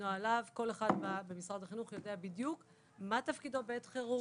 כל אחד יודע בדיוק מה תפקידו בעת חירום,